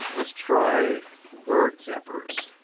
let's try word zappers.